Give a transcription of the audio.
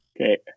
Okay